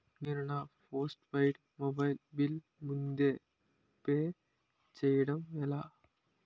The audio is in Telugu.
నేను నా పోస్టుపైడ్ మొబైల్ బిల్ ముందే పే చేయడం ఎలా?